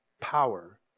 power